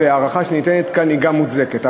וההארכה שניתנת כאן היא גם מוצדקת.